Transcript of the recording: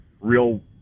real